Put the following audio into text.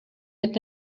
had